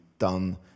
done